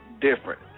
different